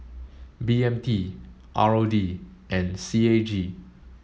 B M T R O D and C A G